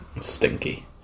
stinky